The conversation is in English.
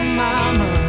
mama